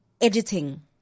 editing